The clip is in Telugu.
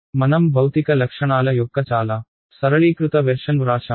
మనం భౌతిక లక్షణాల యొక్క చాలా సరళీకృత వెర్షన్ వ్రాశాము